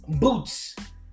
boots